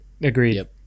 Agreed